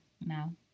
no